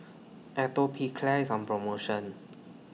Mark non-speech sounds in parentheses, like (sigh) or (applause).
(noise) Atopiclair IS on promotion